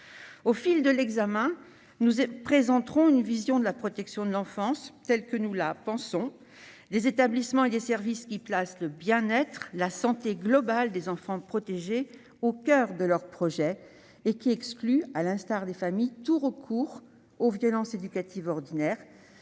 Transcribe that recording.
Au fil de l'examen, nous présenterons notre vision de la protection de l'enfance : des établissements et services qui placent le bien-être et la santé globale des enfants protégés au coeur de leur projet et excluent, à l'instar des familles, tout recours aux violences éducatives ordinaires,